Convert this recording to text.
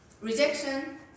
rejection